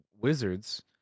Wizards